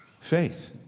Faith